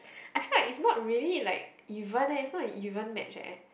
I feel like it's really like even eh is not an even match eh